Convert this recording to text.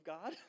God